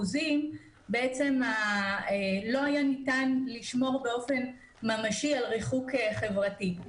לא היה ניתן לשמור באופן ממשי על ריחוק חברתי.